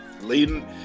leading